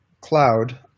cloud